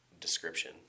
description